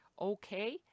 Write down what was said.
okay